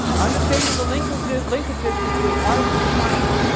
and understand the the linkages linkages between art and science.